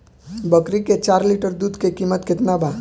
बकरी के चार लीटर दुध के किमत केतना बा?